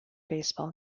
baseball